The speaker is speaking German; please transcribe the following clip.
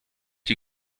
die